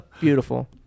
beautiful